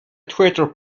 twitter